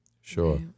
sure